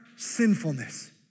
sinfulness